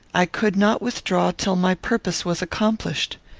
i could not withdraw till my purpose was accomplished.